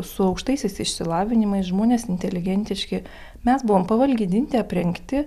su aukštaisiais išsilavinimais žmonės inteligentiški mes buvom pavalgydinti aprengti